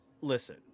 listen